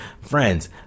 friends